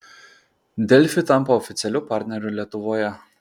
delfi tampa oficialiu partneriu lietuvoje